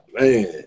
man